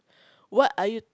what are you